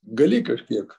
gali kažkiek